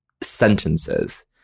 sentences